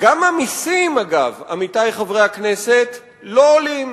גם המסים, אגב, עמיתי חברי הכנסת, לא עולים,